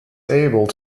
able